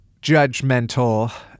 judgmental